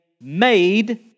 made